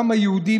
העם היהודי,